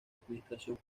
administración